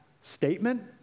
statement